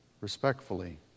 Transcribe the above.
Respectfully